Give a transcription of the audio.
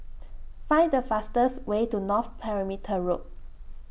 Find The fastest Way to North Perimeter Road